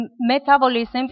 metabolism